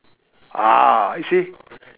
ah you see